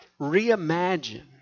reimagine